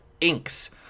inks